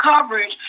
coverage